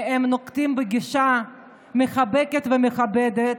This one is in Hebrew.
הם נוקטים בגישה מחבקת ומכבדת,